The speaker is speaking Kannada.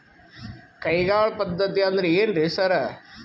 ಕೈಗಾಳ್ ಪದ್ಧತಿ ಅಂದ್ರ್ ಏನ್ರಿ ಸರ್?